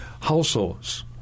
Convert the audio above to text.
households